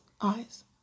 eyes